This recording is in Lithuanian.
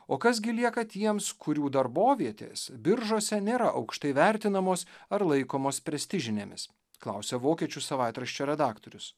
o kas gi lieka tiems kurių darbovietės biržose nėra aukštai vertinamos ar laikomos prestižinėmis klausia vokiečių savaitraščio redaktorius